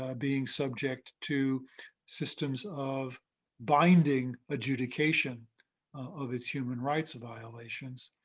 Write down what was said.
ah being subject to systems of binding adjudication of its human rights violations.